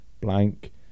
blank